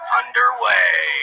underway